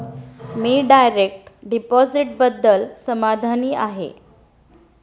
मी direct डिपॉझिटबद्दल समाधानी आहे